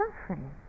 suffering